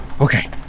Okay